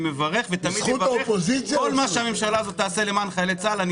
תמיד אברך כל מה שהממשלה הזו תעשה למען חיילי צה"ל.